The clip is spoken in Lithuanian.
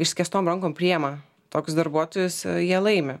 išskėstom rankom priima tokius darbuotojus jie laimi